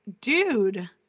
Dude